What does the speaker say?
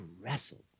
wrestled